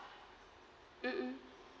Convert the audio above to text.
mm mm